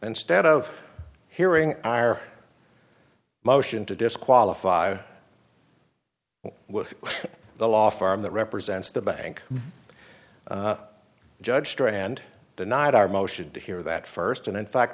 instead of hearing ire motion to disqualify with the law firm that represents the bank judge strand denied our motion to hear that first and in fact